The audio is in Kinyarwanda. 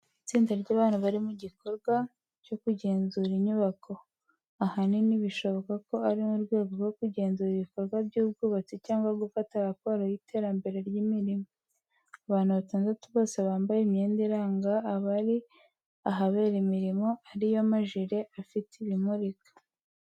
Itsinda ry’abantu bari mu gikorwa cyo kugenzura inyubako, ahanini bishoboka ko ari mu rwego rwo kugenzura ibikorwa by’ubwubatsi cyangwa gufata raporo y’iterambere ry’imirimo. Abantu batandatu bose bambaye imyenda iranga abari ahabera imirimo ari yo majire afite ibimurika.